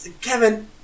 Kevin